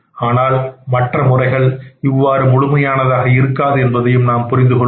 ஆனால் மற்ற முறைகள் இவ்வாறு முழுமையானதாக இருக்காது என்பதையும் நாம் புரிந்து கொள்வோமாக